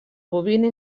bobina